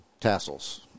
tassels